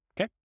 okay